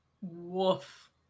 Woof